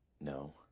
no